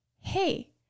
hey